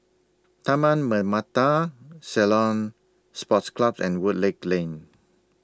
Taman Permata Ceylon Sports Club and Woodleigh Lane